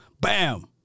Bam